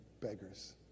beggars